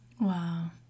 Wow